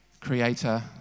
Creator